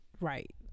right